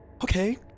Okay